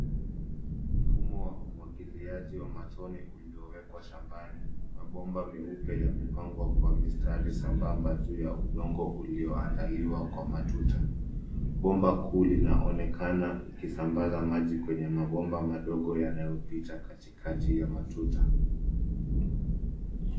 Mfumo wa umwagiliaji wa matone uliyowekwa shambani. Mabomba meupe yamepangwa kwa mistari sambamba juu ya udongo uliyoandaliwa kwa matuta. Bomba kuu linaonekana likisambaza maji kwenye mabomba madogo yanayopita katikati ya matuta.